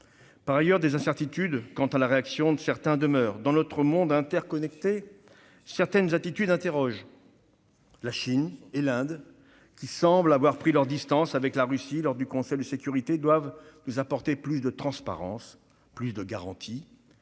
Par ailleurs, des incertitudes quant à la réaction de certains États demeurent. Dans notre monde interconnecté, certaines attitudes interrogent : la Chine et l'Inde, qui semblent avoir pris leurs distances avec la Russie lors de la réunion du Conseil de sécurité des Nations unies, doivent nous apporter plus de transparence et de garanties.